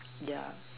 yeah